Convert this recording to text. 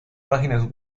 páginas